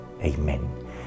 amen